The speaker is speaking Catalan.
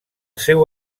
seu